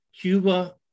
Cuba